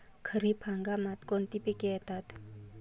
खरीप हंगामात कोणती पिके येतात?